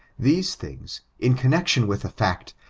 these things, in connection with the fact,